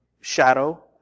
shadow